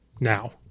now